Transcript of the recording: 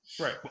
Right